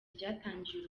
ryatangiye